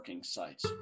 sites